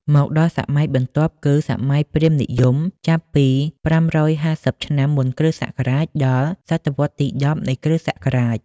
មកដល់សម័យបន្ទាប់គឺ សម័យព្រាហ្មណ៍និយមចាប់ពី ៥៥០ ឆ្នាំមុនគ.ស. ដល់ សតវត្សរ៍ទី ១០ នៃគ.ស.។